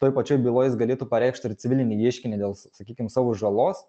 toj pačioj byloj jis galėtų pareikšt ir civilinį ieškinį dėl sakykim savo žalos